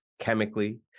chemically